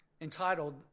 entitled